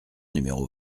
numéro